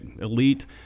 elite